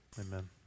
Amen